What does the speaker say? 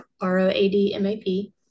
r-o-a-d-m-a-p